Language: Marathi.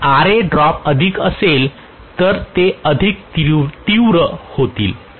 जर Ra ड्रॉप अधिक असेल तर ते अधिक तीव्र होतील